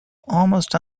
almost